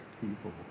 people